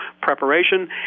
preparation